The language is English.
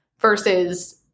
versus